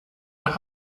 nach